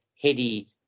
heady